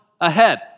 ahead